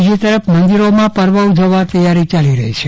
બીજી તરફ મંદિરમાંપર્વ ઉઝવવા તેયારી ચાલીરહી છે